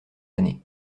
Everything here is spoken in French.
années